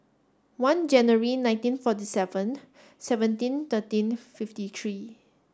one January nineteen forty seven seventeen thirteen fifty three